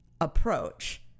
approach